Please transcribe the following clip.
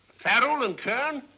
fallow and kern?